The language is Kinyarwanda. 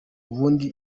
ubundi